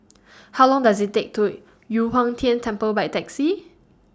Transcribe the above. How Long Does IT Take to Yu Huang Tian Temple By Taxi